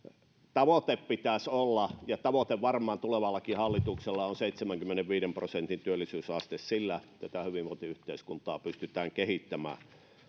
tavoite pitäisi olla ja tavoite varmaan tulevallakin hallituksella on seitsemänkymmenenviiden prosentin työllisyysaste sillä tätä hyvinvointiyhteiskuntaa pystytään kehittämään